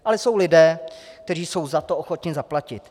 Ale jsou lidé, kteří jsou za to ochotni zaplatit.